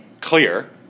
clear